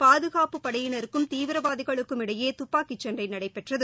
பாதுகாப்புப் படையினருக்கும் தீவிரவாதிகளுக்கும் இடையே துப்பாக்கி சண்டை நடைபெற்றது